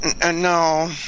no